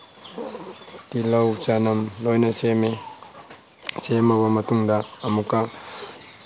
ꯇꯤꯜꯍꯧ ꯆꯅꯝ ꯂꯣꯏꯅ ꯁꯦꯝꯃꯤ ꯁꯦꯝꯃꯕ ꯃꯇꯨꯡꯗ ꯑꯃꯨꯛꯀ